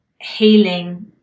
healing